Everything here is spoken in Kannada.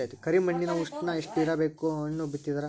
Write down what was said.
ಕರಿ ಮಣ್ಣಿನ ಉಷ್ಣ ಎಷ್ಟ ಇರಬೇಕು ಹಣ್ಣು ಬಿತ್ತಿದರ?